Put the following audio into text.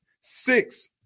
Six